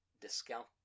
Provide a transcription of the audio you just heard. discount